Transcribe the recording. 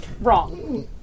Wrong